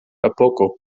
epoko